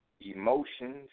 emotions